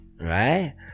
right